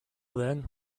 then